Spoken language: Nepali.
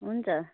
हुन्छ